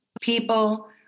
people